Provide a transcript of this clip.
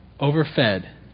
overfed